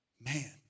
Man